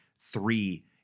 three